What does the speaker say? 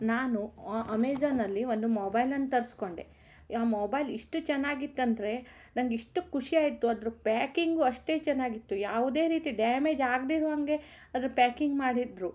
ನಾನು ಅಮೇಝಾನಲ್ಲಿ ಒಂದು ಮೊಬೈಲನ್ನ ತರಿಸ್ಕೊಂಡೆ ಆ ಮೊಬೈಲ್ ಇಷ್ಟು ಚೆನ್ನಾಗಿತ್ತಂದ್ರೆ ನಂಗೆ ಇಷ್ಟು ಖುಷಿ ಆಯಿತು ಅದ್ರ ಪ್ಯಾಕಿಂಗು ಅಷ್ಟೇ ಚೆನ್ನಾಗಿತ್ತು ಯಾವುದೇ ರೀತಿ ಡ್ಯಾಮೇಜ್ ಆಗದೇ ಇರೋಹಂಗೆ ಅದ್ರ ಪ್ಯಾಕಿಂಗ್ ಮಾಡಿದ್ರು